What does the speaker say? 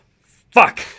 Fuck